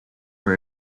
were